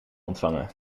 ontvangen